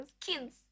kids